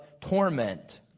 torment